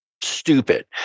stupid